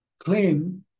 Claim